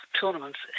tournaments